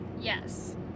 Yes